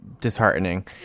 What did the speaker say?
disheartening